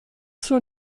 zur